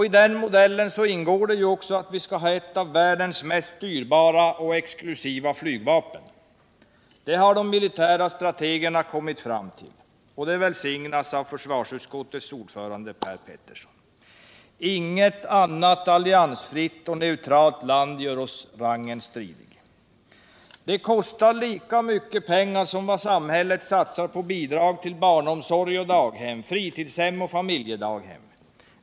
I den modellen ingår det också att vi skall ha ett av världens mest dyrbara och exklusiva flygvapen. Det har de militära strategerna kommit fram till, och det välsignas av försvarsutskottets ordförande Per Petersson. Inget annat alliansfritt och neutralt land gör oss rangen stridig. Det kostar lika mycket pengar som det samhället satsar på bidrag till barnomsorg i daghem, fritidshem och familjedaghem.